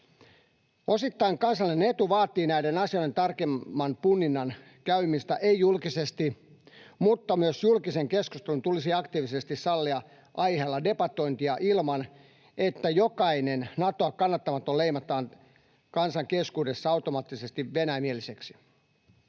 Osittain kansallinen etu vaatii näiden asioiden tarkimman punninnan käymistä ei-julkisesti, mutta myös julkisen keskustelun tulisi aktiivisesti sallia aiheella debatointia ilman, että jokainen Natoa kannattamaton leimataan kansan keskuudessa automaattisesti Venäjä-mieliseksi.